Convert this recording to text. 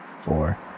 Four